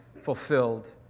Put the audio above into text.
fulfilled